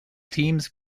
teams